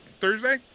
Thursday